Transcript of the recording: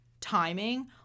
timing